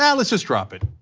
yeah let's just drop it.